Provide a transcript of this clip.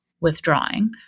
withdrawing